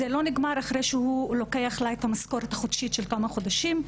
זה לא נגמר אחרי שהוא לוקח לה את המשכורת החודשית של כמה חודשים,